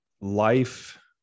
life